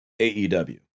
AEW